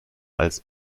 als